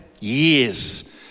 Years